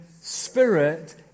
Spirit